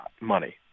Money